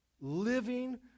Living